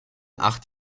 acht